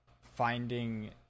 finding